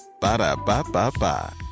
Ba-da-ba-ba-ba